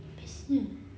bestnya